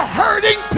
hurting